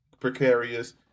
precarious